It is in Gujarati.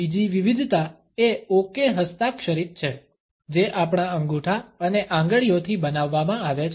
બીજી વિવિધતા એ ઓકે હસ્તાક્ષરીત છે જે આપણા અંગૂઠા અને આંગળીઓથી બનાવવામાં આવે છે